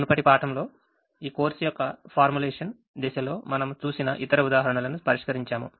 మునుపటి పాఠంలో ఈ కోర్సు యొక్క ఫార్ములేషన్ దశలో మనం చూసిన ఇతర ఉదాహరణలను పరిష్కరించాము